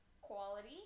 quality